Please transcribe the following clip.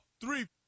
three